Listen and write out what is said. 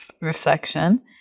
reflection